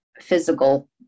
physical